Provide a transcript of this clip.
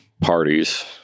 parties